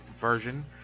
version